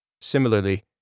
Similarly